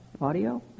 audio